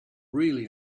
really